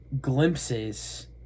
glimpses